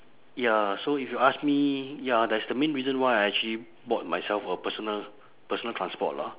ya so if you ask me ya that's the main reason why I actually bought myself a personal personal transport lah